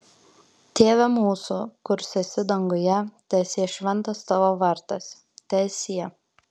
tėve mūsų kurs esi danguje teesie šventas tavo vardas teesie